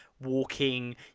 walking